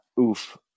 Oof